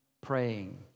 praying